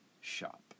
shop